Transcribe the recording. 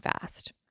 fast